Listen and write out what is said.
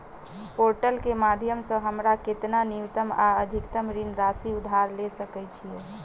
Portal केँ माध्यम सऽ हमरा केतना न्यूनतम आ अधिकतम ऋण राशि उधार ले सकै छीयै?